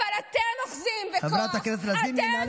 אבל אתם אוחזים בכוח, חברת הכנסת לזימי, נא לסיים.